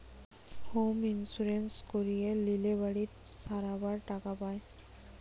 home insurance করিয়ে লিলে বাড়ি সারাবার টাকা পায়